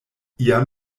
iam